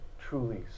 truly